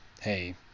hey